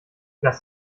lass